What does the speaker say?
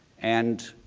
and